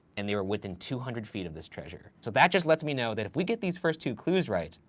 and they were within two hundred feet of this treasure. so that just lets me know that if we get these first two clues right,